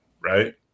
right